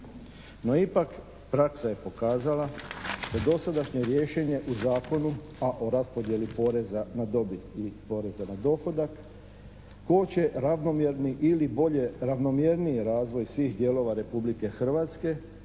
No, ipak, praksa je pokazala da dosadašnje rješenje u zakonu, a o raspodjeli poreza na dobit i poreza na dohodak tko će ravnomjerni ili bolji ravnomjerniji razvoj svih dijelova Republike Hrvatske